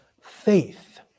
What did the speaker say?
faith